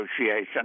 negotiation